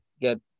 get